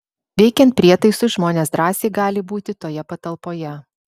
veikiant prietaisui žmonės drąsiai gali būti toje patalpoje